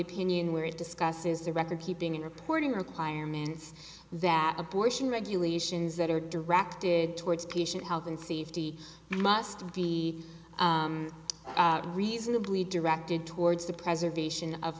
opinion where it discusses the record keeping and reporting requirements that abortion regulations that are directed towards patient health and safety must be reasonably directed towards the preservation of